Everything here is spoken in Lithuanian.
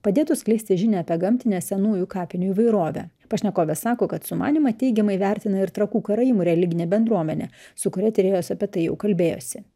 padėtų skleisti žinią apie gamtinę senųjų kapinių įvairovę pašnekovė sako kad sumanymą teigiamai vertina ir trakų karaimų religinė bendruomenė su kuria tyrėjos apie tai jau kalbėjosi